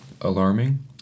alarming